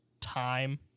time